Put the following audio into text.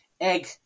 egg